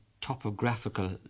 topographical